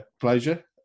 pleasure